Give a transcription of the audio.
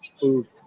food